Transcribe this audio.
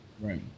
Right